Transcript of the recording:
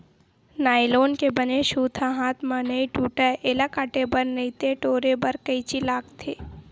nylon के बने सूत ह हाथ म नइ टूटय, एला काटे बर नइते टोरे बर कइची लागथे